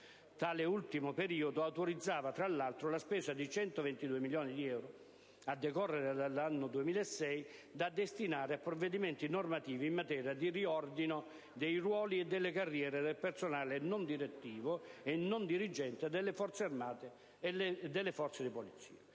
Tale ultimo periodo autorizzava, tra l'altro, la spesa di 122 milioni dì euro, a decorrere dall'anno 2006, da destinare a provvedimenti normativi in materia di riordino dei ruoli e delle carriere del personale non direttivo e non dirigente delle Forze armate e delle Forze di polizia.